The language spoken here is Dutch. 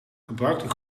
gebruikte